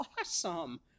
awesome